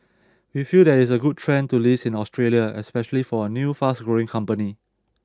we feel that it is a good trend to list in Australia especially for a new fast growing company